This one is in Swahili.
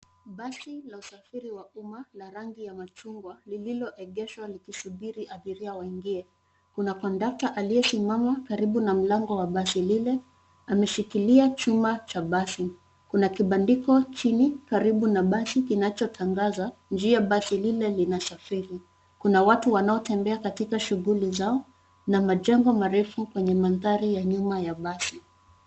Basi la usafiri wa umma la rangi ya machungwa lililoegeshwa likisubiri abiria waingie. Kuna kondakta aliyesimama karibu na mlango wa basi lile, ameshikilia chuma cha basi. Kuna kibandiko chini, karibu na basi kinachotangaza njia basi lile linasafiri. Kuna watu wanaotembea katika shughuli zao na majengo marefu kwenye mandhari ya nyuma ya basi.